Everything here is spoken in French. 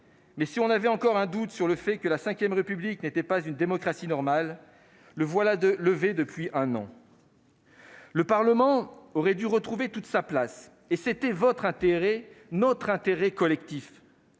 Si l'on avait encore un doute quant au fait que la V République n'est pas une démocratie normale, celui-ci est levé depuis un an ! Le Parlement aurait dû retrouver toute sa place, il était dans votre intérêt, dans notre intérêt collectif,